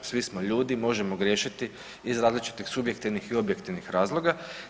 Svi smo ljudi, možemo griješiti iz različitih subjektivnih i objektivnih razloga.